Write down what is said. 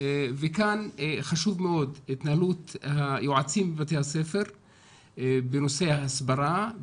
וכאן חשובה מאוד ההתנהלות של היועצים בבתי הספר בנושא ההסברה.